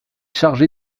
chargé